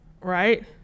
Right